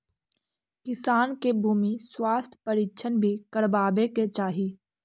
किसान के भूमि स्वास्थ्य परीक्षण भी करवावे के चाहि